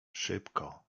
szybko